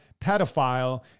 pedophile